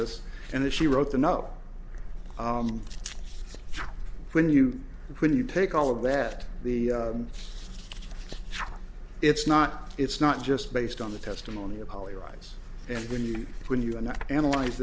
us and that she wrote the note when you when you take all of that the it's not it's not just based on the testimony of holly rice and when you when you and i analyze